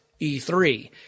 E3